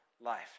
life